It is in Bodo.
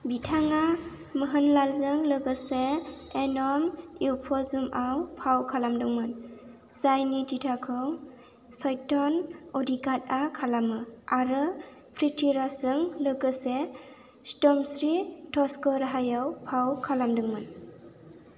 बिथाङा मोहनलालजों लोगोसे एनम इउफ'झुमआव फाव खालादोंमोन जायनि दिथाखौ सत्यन अधिकाडआ खालामो आरो पृथिराजजों लोगोसे सिटमश्री थस्कराहायाव फाव खालामदोंमोन